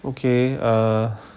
okay err